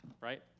right